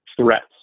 threats